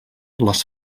les